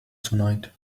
tonight